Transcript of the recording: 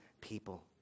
people